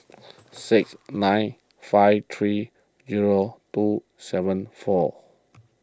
six nine five three zero two seven four